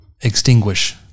extinguish